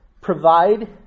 provide